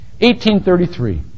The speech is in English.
1833